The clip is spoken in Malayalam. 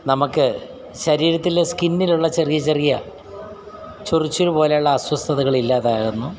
നമുക്ക് ശരീരത്തിൽ സ്കിന്നിലുള്ള ചെറിയ ചെറിയ ചൊറിച്ചിൽ പോലെയുള്ള അസ്വസ്ഥതകളില്ലാതാകുന്നു